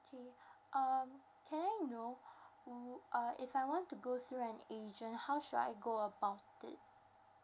kay~ um can I know will uh if I want to go through an agent how should I go about it